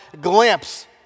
glimpse